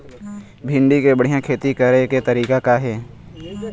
भिंडी के बढ़िया खेती करे के तरीका का हे?